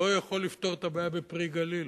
לא יכול לפתור את הבעיה ב"פרי הגליל",